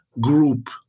group